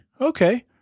okay